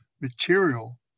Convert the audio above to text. material